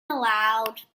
aloud